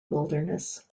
wilderness